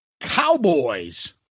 Cowboys